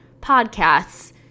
podcasts